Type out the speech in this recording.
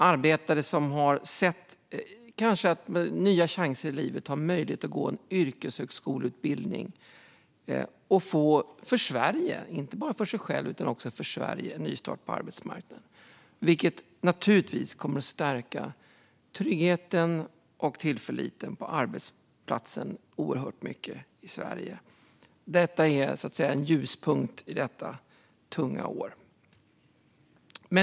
Arbetare som kanske har sett nya chanser i livet får möjlighet att gå en yrkeshögskoleutbildning och få en nystart på arbetsmarknaden. Det blir en nystart inte bara för personen själv utan även för Sverige. Det kommer att stärka tryggheten och tilliten på arbetsplatserna i Sverige oerhört mycket. Det är en ljuspunkt under detta tunga år.